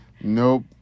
nope